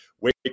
Wake